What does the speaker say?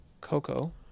Coco